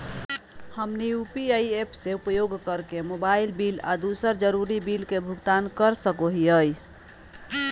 हमनी UPI apps के उपयोग करके मोबाइल बिल आ दूसर जरुरी बिल के भुगतान कर सको हीयई